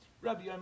Rabbi